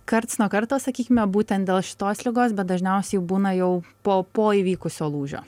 karts nuo karto sakykime būtent dėl šitos ligos bet dažniausiai būna jau po po įvykusio lūžio